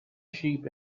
sheep